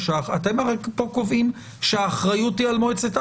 אתם הרי קובעים שהאחריות היא על מועצת,